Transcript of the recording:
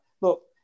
Look